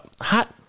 hot